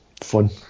fun